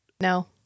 No